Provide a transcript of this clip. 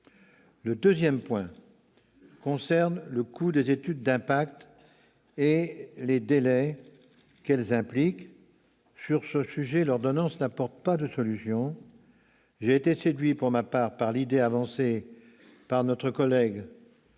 Le deuxième point concerne le coût des études d'impact et les délais qu'elles impliquent : sur ce sujet, l'ordonnance n'apporte pas de solution. J'ai été séduit, pour ma part, par l'idée avancée par notre collègue